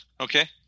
Okay